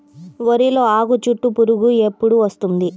వరిలో ఆకుచుట్టు పురుగు ఎప్పుడు వస్తుంది?